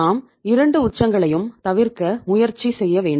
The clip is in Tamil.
நாம் 2 உச்சங்களையும் தவிர்க்க முயற்சி செய்ய வேண்டும்